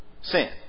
Sin